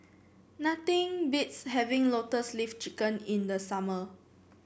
nothing beats having Lotus Leaf Chicken in the summer